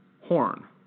Horn